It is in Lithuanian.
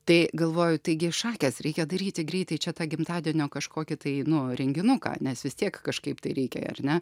tai galvoju taigi šakės reikia daryti greitai čia tą gimtadienio kažkokį tai nu renginuką nes vis tiek kažkaip tai reikia ar ne